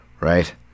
right